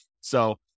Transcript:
So-